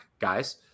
guys